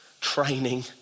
training